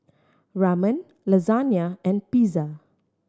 Ramen Lasagna and Pizza